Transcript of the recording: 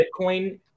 bitcoin